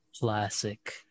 Classic